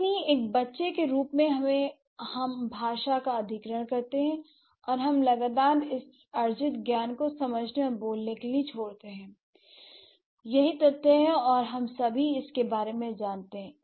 इसलिए एक बच्चे के रूप में हम भाषा का अधिग्रहण करते हैं और हम लगातार इस अर्जित ज्ञान को समझने और बोलने के लिए छोड़ते हैं यही तथ्य है और हम सभी इसके बारे में जानते हैं